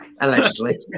allegedly